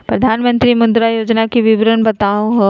प्रधानमंत्री मुद्रा योजना के विवरण बताहु हो?